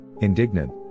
Indignant